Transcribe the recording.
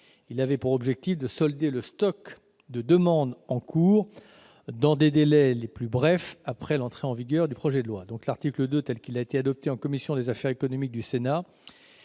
Il avait pour objet de solder le stock de demandes en cours dans les délais les plus brefs possible après l'entrée en vigueur du projet de loi. L'article 2, tel qu'il a été adopté par la commission des affaires économiques du Sénat,